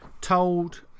told